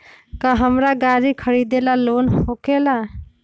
का हमरा गारी खरीदेला लोन होकेला?